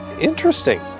interesting